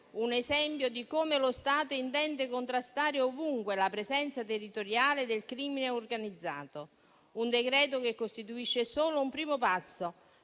un esempio di come lo Stato intende contrastare ovunque la presenza territoriale del crimine organizzato. Questo decreto-legge costituisce solo un primo passo